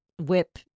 whip